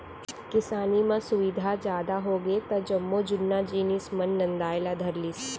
किसानी म सुबिधा जादा होगे त जम्मो जुन्ना जिनिस मन नंदाय ला धर लिस